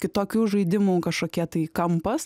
kitokių žaidimų kažkokie tai kampas